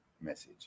message